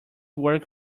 work